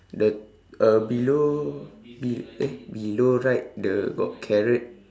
the uh below be~ eh below right the got carrot